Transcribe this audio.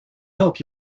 hope